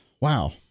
Wow